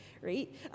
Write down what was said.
right